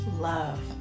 Love